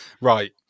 right